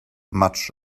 much